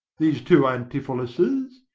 these two antipholus',